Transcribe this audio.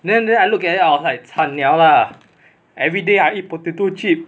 then then I look at that I was like 惨了 lah everyday I eat potato chip